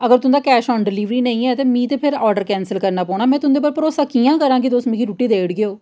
अगर तुंदा cash on delivery नेईं ऐ ते मिगी आर्डर कैंसल करना पौना में तुंदे पर भरोसा कि'यां करां के तुस मिगी रुट्टी देई ओड़गे ओ